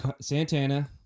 Santana